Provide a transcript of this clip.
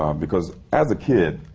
um because as a kid,